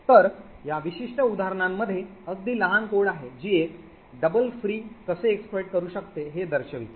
तर या विशिष्ट उदाहरणांमध्ये अगदी लहान कोड आहे जी एक double free कसे exploit करू शकते हे दर्शविते